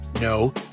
No